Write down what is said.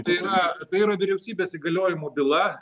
tai yra tai yra vyriausybės įgaliojimų byla